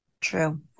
True